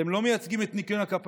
אתם לא מייצגים את ניקיון הכפיים,